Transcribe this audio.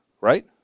right